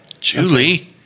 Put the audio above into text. Julie